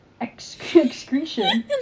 excretion